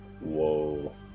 Whoa